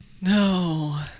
No